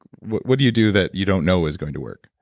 what what do you do that you don't know is going to work?